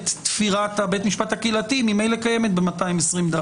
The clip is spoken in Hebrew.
תפירת בית המשפט הקהילתי ממילא קיימת ב-220ד.